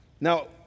Now